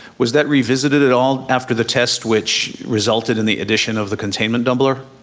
was that revisited at all after the test which resulted in the addition of the containment doubler?